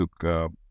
took